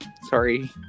Sorry